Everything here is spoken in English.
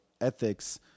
Ethics